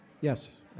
Yes